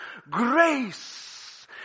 grace